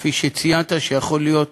כפי שציינת, זה יכול להיות